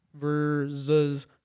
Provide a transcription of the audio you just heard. Versus